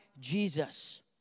Jesus